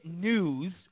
news